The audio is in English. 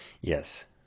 Yes